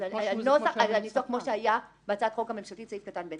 שהיה הניסוח בהצעת החוק הממשלתית בסעיף קטן (ב).